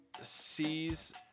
sees